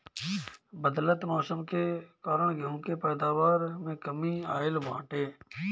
बदलत मौसम के कारण गेंहू के पैदावार में कमी आइल बाटे